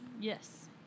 Yes